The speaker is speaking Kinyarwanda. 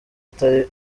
atari